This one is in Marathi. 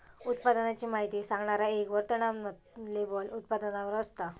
उत्पादनाची माहिती सांगणारा एक वर्णनात्मक लेबल उत्पादनावर असता